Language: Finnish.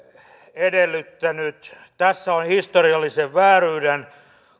edellyttänyt tämä on historiallisen vääryyden